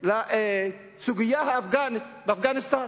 לסוגיה האפגנית באפגניסטן?